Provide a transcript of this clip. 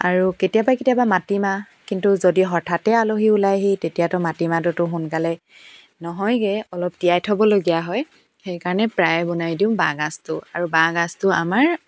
আৰু কেতিয়াবা কেতিয়াবা মাটি মাহ কিন্তু যদি হঠাতে আলহী ওলায়হি তেতিয়াতো মাটি মাহটো সোনকালে নহয়গৈ অলপ তিয়াই থ'বলগীয়া হয় সেইকাৰণে প্ৰায়ে বনাই দিওঁ বাঁহ গাজটো আৰু বাঁহ গাজটো আমাৰ